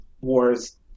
wars